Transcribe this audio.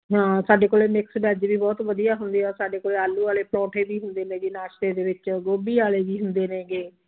ਹਾਂ ਸਾਡੇ ਕੋਲ ਮਿਕਸ ਵੈੱਜ ਵੀ ਬਹੁਤ ਵਧੀਆ ਹੁੰਦੀਆਂ ਆ ਸਾਡੇ ਕੋਲ ਆਲੂ ਵਾਲੇ ਪਰੋਂਠੇ ਵੀ ਹੁੰਦੇ ਨੇ ਗੇ ਨਾਸ਼ਤੇ ਦੇ ਵਿੱਚ ਗੋਭੀ ਵਾਲੇ ਵੀ ਹੁੰਦੇ ਨੇ ਗੇ